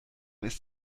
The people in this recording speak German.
ist